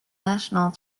national